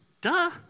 duh